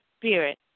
Spirit